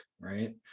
right